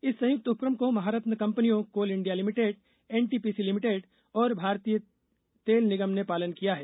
इस संयुक्त उपक्रम को महारत्न कंपनियों Coal India Limited NTPC Limited और भारतीय तेल निगम ने पालन किया है